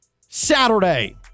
Saturday